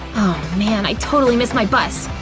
man, i totally missed my bus!